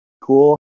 cool